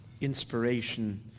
inspiration